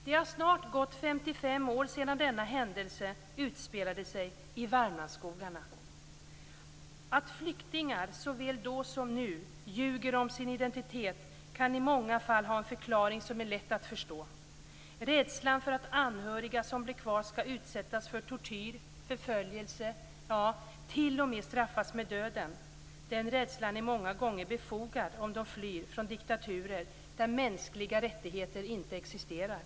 Det har snart gått 55 år sedan denna händelse utspelade sig i Värmlandsskogarna. Att flyktingar, såväl då som nu, ljuger om sin identitet kan i många fall ha en förklaring som är lätt att förstå. Det kan vara rädslan för att anhöriga som blev kvar skall utsättas för tortyr, förföljelse, ja t.o.m. straffas med döden. Den rädslan är många gånger befogad om de flyr från diktaturer där mänskliga rättigheter inte existerar.